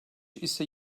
ise